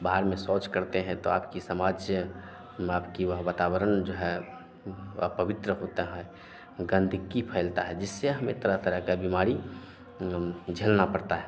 बहार में शौच करते हैं तो आपकी समाज आपकी वह वातावरण जो है अपवित्र होता है गंदगी फैलती है जिससे हमें तरह तरह की बिमारी झेलनी पड़ती है